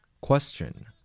Question